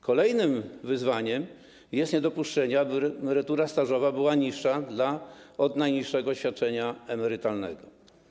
Kolejnym wyzwaniem jest niedopuszczenie, aby emerytura stażowa była niższa od najniższego świadczenia emerytalnego.